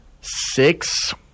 Six